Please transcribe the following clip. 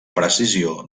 precisió